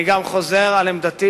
אני גם חוזר על עמדתי,